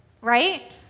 right